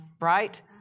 right